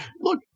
look